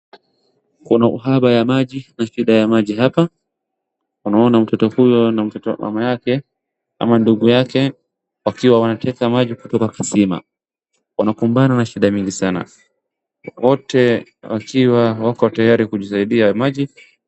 Kuna uhaba ya maji na shida ya maji hapa. Unaona mtoto huyo na mamake ama ndugu yake wakiwa wanateka maji kisiwa, wanakumbana na shida nyingi sana wote wakiwa tayari kujisaidia maji.